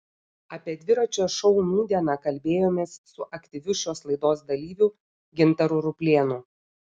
apie dviračio šou nūdieną kalbėjomės su aktyviu šios laidos dalyviu gintaru ruplėnu